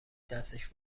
دستش